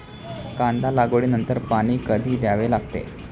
कांदा लागवडी नंतर पाणी कधी द्यावे लागते?